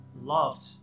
loved